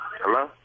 Hello